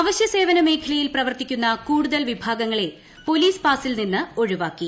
അവശ്യസേവന മേഖ്ലയിൽ പ്രവർത്തിക്കുന്ന കൂടുതൽ വിഭാഗങ്ങളെ പൊല്ലീസ് പാസ്സിൽ നിന്ന് ഒഴിവാക്കി